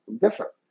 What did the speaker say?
different